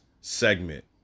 segment